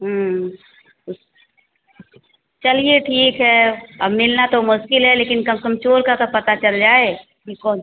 उस चलिए ठीक है अब मिलना तो मुश्किल है लेकिन कम स कम चोर का तो पता चल जाए कि कौन